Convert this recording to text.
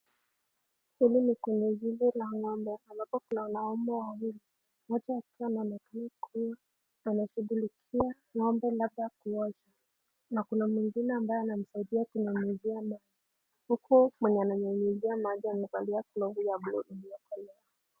Huku ni kwenye zizi la ng'ombe, ambako kuna wanaume wawili, mmoja akiwa anaonekana anashughulikia ng'ombe, labda kuosha n kuna mwingine aambaye anamsaidia kunyunyizia maji, huku mwenye ananyunyuzia amesimama kando yake.